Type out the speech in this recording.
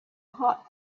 hot